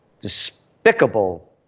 Despicable